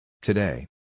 Today